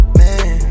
man